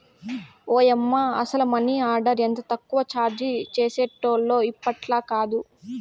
ఓయమ్మ, అసల money order ఎంత తక్కువ చార్జీ చేసేటోల్లో ఇప్పట్లాకాదు